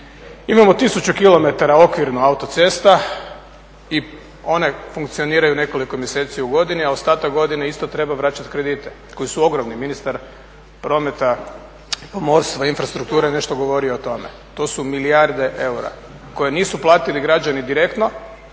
Imamo 1000 km okvirno autocesta i one funkcioniraju nekoliko mjeseci u godini, a ostatak godine isto treba vraćati kredite koji su ogromni. Ministar prometa, pomorstva, infrastrukture je nešto govorio o tome. To su milijarde eura koje nisu platili građani direktno,